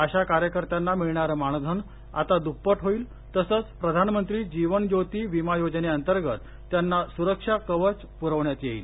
आशा कार्यकर्त्यांना मिळणारं मानधन आता दुप्पट होईल तसंच प्रधानमंत्री जीवन ज्योती बीमा योजनेंतर्गत त्यांना सुरक्षा कवच प्रवण्यात येईल